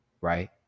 Right